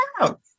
out